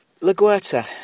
LaGuerta